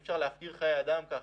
אי אפשר להפקיר חיי אדם כך.